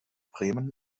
bremen